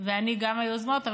ואני יוזמות,